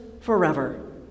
forever